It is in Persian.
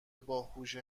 هوش